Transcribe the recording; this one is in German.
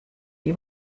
die